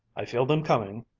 i feel them coming.